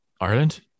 Ireland